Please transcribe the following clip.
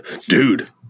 Dude